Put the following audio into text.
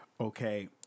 Okay